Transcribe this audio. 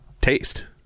taste